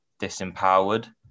disempowered